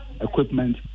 equipment